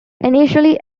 initially